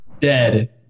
Dead